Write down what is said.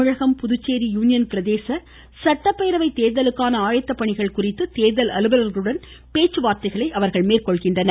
தமிழகம் Puducherry union பிரதேச சட்டப்பேரவை தேர்தலுக்கான ஆயத்த பணிகள் குறித்து தேர்தல் அலுவலர்களுடன் பேச்சுவார்தைகள் மேற்கொள்கின்றனர்